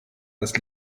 das